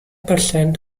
percent